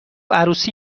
عروسی